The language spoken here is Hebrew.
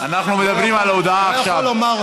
אנחנו מדברים על הודעה עכשיו.